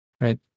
right